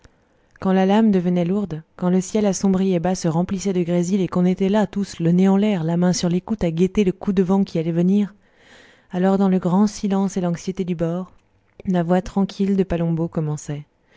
quand la lame devenait lourde quand le ciel assombri et bas se remplissait de grésil et qu'on était là tous le nez en l'air la main sur l'écoute à guetter le coup de vent qui allait venir alors dans le grand silence et l'anxiété du bord la voix tranquille de palombo commençait